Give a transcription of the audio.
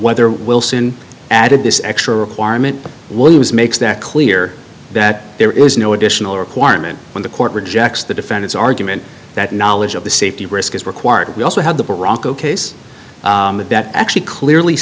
whether wilson added this extra requirement williams makes that clear that there is no additional requirement when the court rejects the defense argument that knowledge of the safety risk is required we also have the bronco case that actually clearly